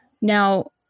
Now